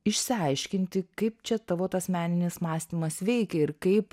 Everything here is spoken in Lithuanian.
išsiaiškinti kaip čia tavo tas meninis mąstymas veikia ir kaip